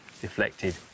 deflected